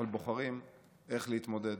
אבל בוחרים איך להתמודד.